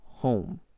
Home